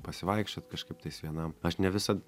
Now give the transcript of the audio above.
pasivaikščiot kažkaip tais vienam aš ne visad